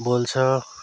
बोल्छ